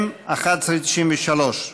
מ/1193.